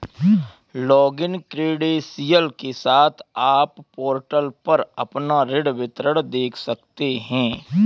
login credential के साथ, आप पोर्टल पर अपना ऋण विवरण देख सकते हैं